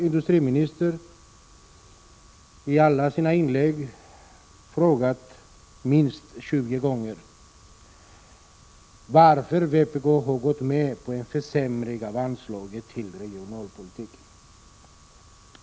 Industriministern har minst 20 gånger i sina inlägg frågat varför vpk har gått med på en försämring av anslaget till regionalpolitiken.